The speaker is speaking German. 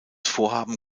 vorhaben